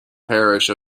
parish